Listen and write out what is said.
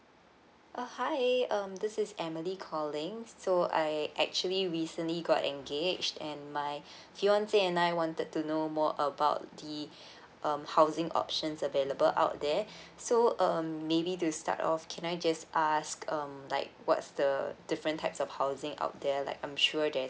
uh hi um this is emily calling so I actually recently got engaged and my fiancé and I wanted to know more about the um housing options available out there so um maybe to start off can I just ask um like what's the different types of housing out there like I'm sure there's